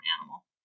animal